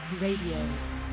Radio